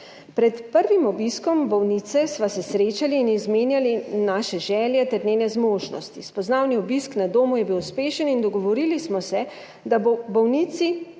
Pred prvim obiskom bolnice sva se srečali in izmenjali naše želje ter njene zmožnosti. Spoznavni obisk na domu je bil uspešen in dogovorili smo se, da bo bolnici